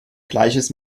gleiches